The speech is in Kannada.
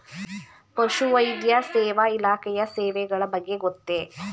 ಪಶುವೈದ್ಯ ಸೇವಾ ಇಲಾಖೆಯ ಸೇವೆಗಳ ಬಗ್ಗೆ ಗೊತ್ತೇ?